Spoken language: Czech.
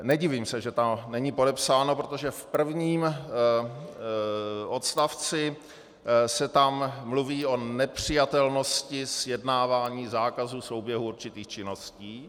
Nedivím se, že to není podepsáno, protože v prvním odstavci se tam mluví o nepřijatelnosti sjednávání zákazu souběhu určitých činností.